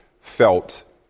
felt